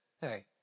hey